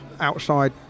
outside